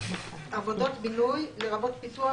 "עבודות בינוי" לרבות פיתוח,